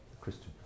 Christian